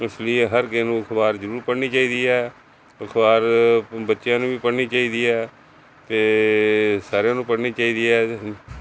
ਉਸ ਲਈ ਹਰ ਕਿਸੇ ਨੂੰ ਅਖ਼ਬਾਰ ਜ਼ਰੂਰ ਪੜ੍ਹਨੀ ਚਾਹੀਦੀ ਹੈ ਅਖ਼ਬਾਰ ਪ ਬੱਚਿਆਂ ਨੂੰ ਵੀ ਪੜ੍ਹਨੀ ਚਾਹੀਦੀ ਹੈ ਅਤੇ ਸਾਰਿਆਂ ਨੂੰ ਪੜ੍ਹਨੀ ਚਾਹੀਦੀ ਹੈ